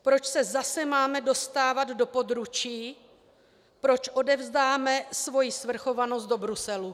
Proč se zase máme dostávat do područí, proč odevzdáme svoji svrchovanosti do Bruselu?